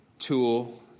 tool